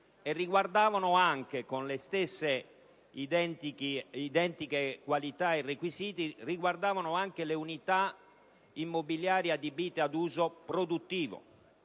e requisiti, anche le unità immobiliari adibite ad uso produttivo.